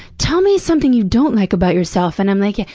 tell me something you don't like about yourself, and i'm like,